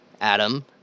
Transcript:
Adam